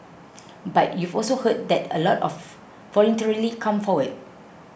but you've also heard that a lot of voluntarily come forward